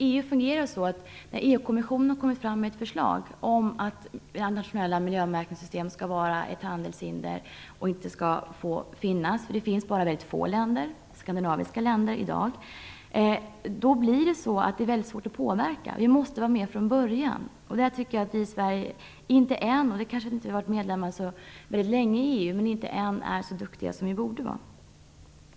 EU fungerar så att när EU kommissionen har lagt fram ett förslag om att nationella miljömärkningssystem skall vara ett handelshinder och inte skall få finnas - det finns i väldigt få länder, och bara i skandinaviska länder i dag - blir det väldigt svårt att påverka. Vi måste vara med från början. Där tycker jag att vi i Sverige inte ännu - det är kanske därför att vi inte har varit medlemmar så väldigt länge i EU - är så duktiga som vi borde vara.